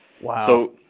Wow